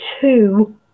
two